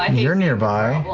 um you're nearby.